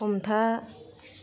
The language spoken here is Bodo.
हमथा